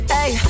Hey